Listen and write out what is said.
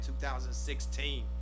2016